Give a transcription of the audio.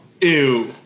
Ew